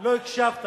לא הקשבת כשאמרתי: